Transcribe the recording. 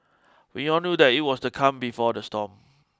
we all knew that it was the calm before the storm